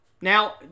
Now